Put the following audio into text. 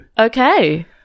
Okay